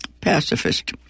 pacifist